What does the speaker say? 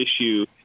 issue